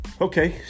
Okay